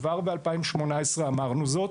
כבר בשנת 2018 אמרנו זאת,